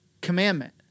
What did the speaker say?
commandment